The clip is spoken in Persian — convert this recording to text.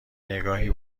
نگاهی